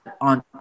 on